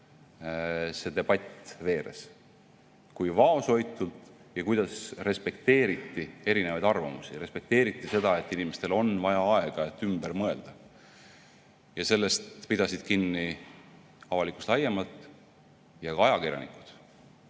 see debatt veeres – kui vaoshoitult, ja kuidas respekteeriti erinevaid arvamusi, respekteeriti seda, et inimestel on vaja aega, et ümber mõelda. Sellest pidasid kinni avalikkus laiemalt ja ka ajakirjanikud.